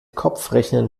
kopfrechnen